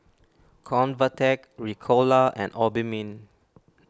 Convatec Ricola and Obimin